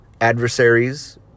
adversaries